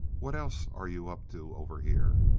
what else are you up to over here?